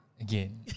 again